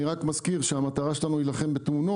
אני רק מזכיר שהמטרה שלנו היא להילחם בתאונות.